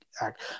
act